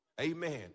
Amen